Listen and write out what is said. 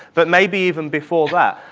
but maybe even before that.